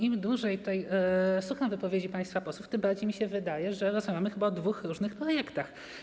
Im dłużej słucham wypowiedzi państwa posłów, tym bardziej mi się wydaje, że rozmawiamy o dwóch różnych projektach.